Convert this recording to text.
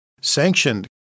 sanctioned